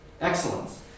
Excellence